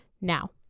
Now